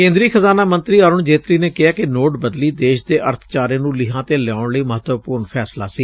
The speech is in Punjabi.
ਕੇਂਦਰੀ ਖਜ਼ਾਨਾ ਮੰਤਰੀ ਅਰੁਣ ਜੇਤਲੀ ਨੇ ਕਿਹੈ ਕਿ ਨੋਟਬੰਦੀ ਦੇਸ਼ ਦੇ ਅਰਥਚਾਰੇ ਨੂੰ ਲੀਹਾਂ ਤੇ ਲਿਆਉਣ ਲਈ ਮਹੱਤਵਪੁਰਨ ਫੈਸਲਾ ਸੀ